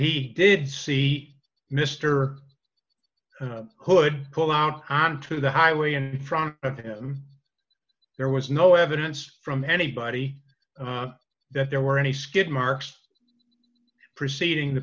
he did see mister hood pull out onto the highway in front of him there was no evidence from anybody that there were any skid marks preceding the